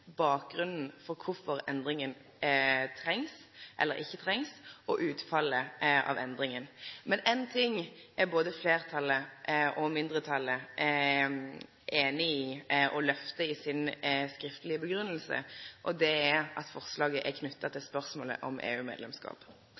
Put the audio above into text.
bakgrunnen for kvifor endringa trengst eller ikkje trengst, og utfallet av endringa. Men ein ting er både fleirtalet og mindretalet einige om å lyfte i si skriftlege grunngjeving, og det er at forslaget er knytt til spørsmålet om